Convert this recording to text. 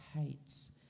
hates